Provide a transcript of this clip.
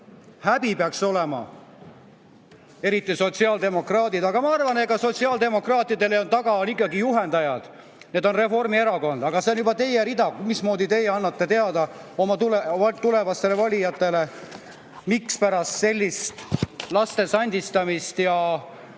Häbi peaks olema! Eriti sotsiaaldemokraatidel. Aga ma arvan, et sotsiaaldemokraatide taga on ikkagi juhendajad ja need on reformierakondlased. Aga see on juba teie rida, mismoodi teie annate teada oma tulevastele valijatele, mispärast te sellist laste sandistamist ja